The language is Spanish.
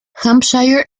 hampshire